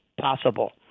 possible